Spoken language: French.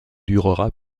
durera